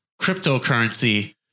cryptocurrency